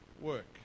work